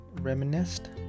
reminisced